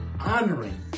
honoring